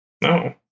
No